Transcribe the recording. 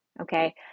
okay